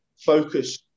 focus